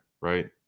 right